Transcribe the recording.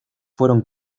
fueron